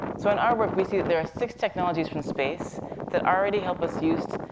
so in our work, we see that there are six technologies from space that already help us use,